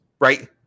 right